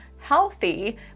healthy